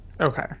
Okay